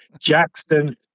Jackson